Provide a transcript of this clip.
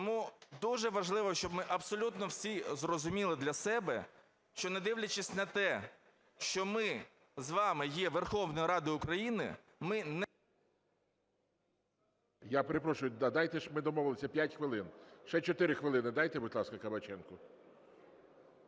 Тому дуже важливо, щоб ми абсолютно всі зрозуміли для себе, що, не дивлячись на те, що ми з вами є Верховною Радою України, ми не... ГОЛОВУЮЧИЙ. Я перепрошую, дайте, ми ж домовились, 5 хвилин, ще 4 хвилини дайте, будь ласка, Кабаченку.